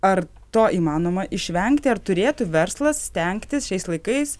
ar to įmanoma išvengti ar turėtų verslas stengtis šiais laikais